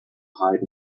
hide